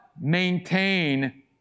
maintain